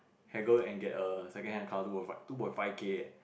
haggle and get a second car two point five two point five K eh